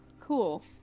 Cool